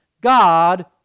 God